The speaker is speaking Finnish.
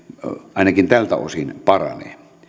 ainakin tältä osin paranee